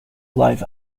live